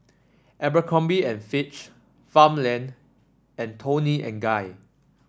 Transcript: Abercrombie and Fitch Farmland and Toni and Guy